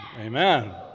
Amen